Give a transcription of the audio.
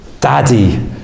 daddy